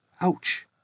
Ouch